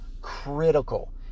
critical